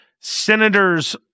senators